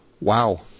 Wow